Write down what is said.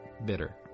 bitter